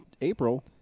April